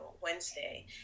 wednesday